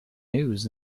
news